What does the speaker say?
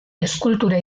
eskultura